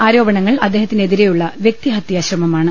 ആരോ പണങ്ങൾ അദ്ദേഹത്തിനെതിരെയുള്ള വൃക്തിഹതൃശ്രമമാണ്